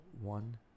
one